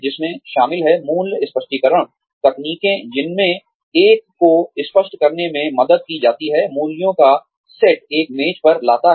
जिसमें शामिल हैं मूल्य स्पष्टीकरण तकनीकें जिनमें एक को स्पष्ट करने में मदद की जाती है मूल्यों का सेट एक मेज पर लाता है